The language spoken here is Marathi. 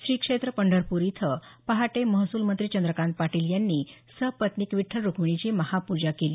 श्री क्षेत्र पंढरपूर इथं पहाटे महसूल मंत्री चंद्रकांत पाटील यांनी पहाटे सपत्निक विठ्ठक रुक्मिणीची महाप्जा केली